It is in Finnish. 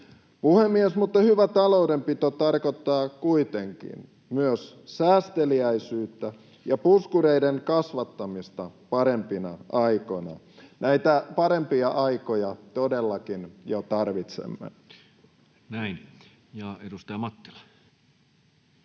Puhemies! Hyvä taloudenpito tarkoittaa kuitenkin myös säästeliäisyyttä ja puskureiden kasvattamista parempina aikoina. Näitä parempia aikoja todellakin jo tarvitsemme. [Speech 713]